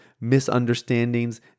misunderstandings